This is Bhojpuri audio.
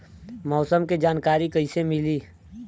मौसम के जानकारी कैसे मिली?